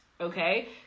Okay